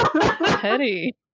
petty